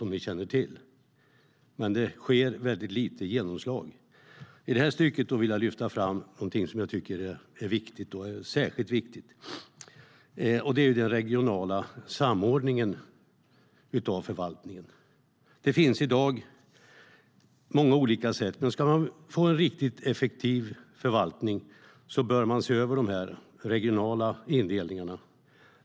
Men det får väldigt lite genomslag. Jag vill lyfta fram något som jag tycker är särskilt viktigt. Det är den regionala samordningen av förvaltningen. Ska man få en riktigt effektiv förvaltning bör man se över de regionala indelningarna.